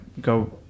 go